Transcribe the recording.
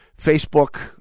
Facebook